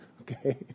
Okay